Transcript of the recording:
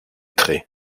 traits